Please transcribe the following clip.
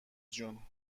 جون